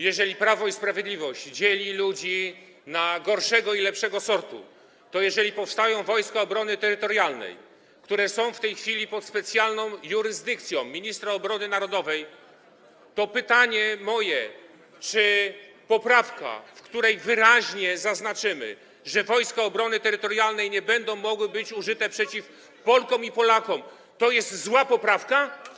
Jeżeli Prawo i Sprawiedliwość dzieli ludzi na gorszego i lepszego sortu, to w sytuacji gdy powstają Wojska Obrony Terytorialnej, które są w tej chwili pod specjalną jurysdykcją ministra obrony narodowej, moje pytanie brzmi: Czy poprawka, w której wyraźnie zaznaczymy, że Wojska Obrony Terytorialnej nie będą mogły być użyte przeciw Polkom i Polakom, to jest zła poprawka?